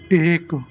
ایک